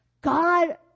God